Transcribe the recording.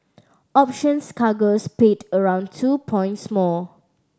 options cargoes paid around two points more